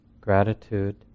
gratitude